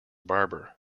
barber